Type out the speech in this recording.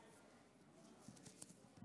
בבקשה, סגן השר.